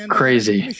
crazy